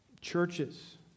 churches